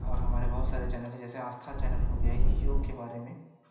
और हमारे बहुत सारे चैनल जैसे आस्था चैनल हो गया ये योग के बारे में